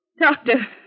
Doctor